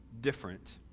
different